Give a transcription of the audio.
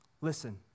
Listen